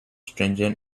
stringent